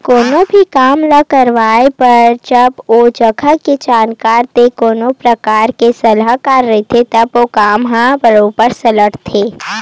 कोनो भी काम ल करवाए बर जब ओ जघा के जानकार ते कोनो परकार के सलाहकार रहिथे तब काम ह बरोबर सलटथे